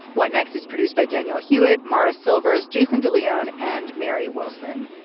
what next is produced by daniel hewitt mara silvers jason de leone and mary wilson.